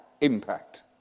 impact